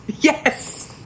Yes